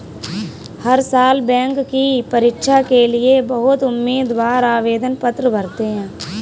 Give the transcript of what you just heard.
हर साल बैंक की परीक्षा के लिए बहुत उम्मीदवार आवेदन पत्र भरते हैं